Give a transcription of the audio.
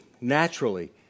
naturally